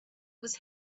was